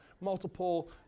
multiple